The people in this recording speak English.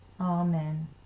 Amen